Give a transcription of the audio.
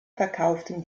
verkauften